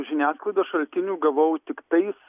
žiniasklaidos šaltinių gavau tiktais